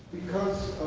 because